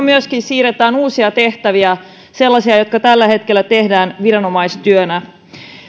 myöskin siirretään uusia tehtäviä sellaisia jotka tällä hetkellä tehdään viranomaistyönä